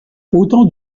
autant